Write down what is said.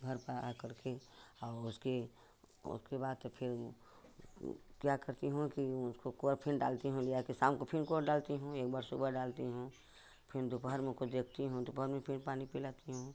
घर पर आकर के और उसके उसके बाद तो फिर क्या करती हूँ कि उसको डालती हूँ लए जाकर शाम को फिर डालती हूँ एक बार सुबह डालती हूँ फिर दोपहर में कुछ देखती हूँ दोपहर में फिर पानी पिलाती हूँ